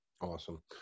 Awesome